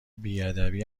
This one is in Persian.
بیادبی